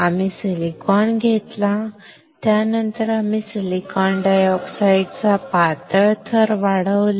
आम्ही सिलिकॉन घेतला त्यानंतर आम्ही सिलिकॉन डायऑक्साइड चा पातळ थर वाढवला